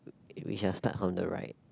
w~ we shall start from the right